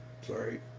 sorry